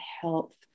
health